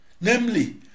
namely